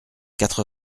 quatre